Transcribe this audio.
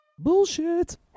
Bullshit